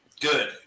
Good